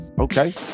Okay